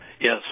Yes